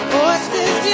Voices